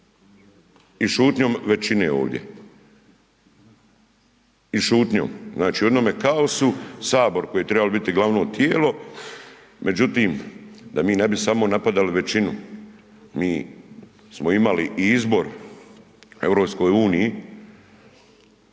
i šutnjom većine ovdje i šutnjom. Znači u jednome kaosu Sabor koji je trebao biti glavno tijelo, međutim da mi ne bi samo napadali većinu, mi smo imali i izbor u EU